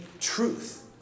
truth